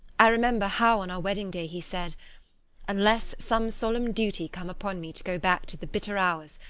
i remember how on our wedding-day he said unless some solemn duty come upon me to go back to the bitter hours,